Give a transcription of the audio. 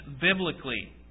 biblically